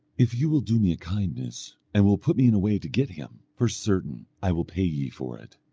if you will do me a kindness, and will put me in a way to get him, for certain i will pay ye for it.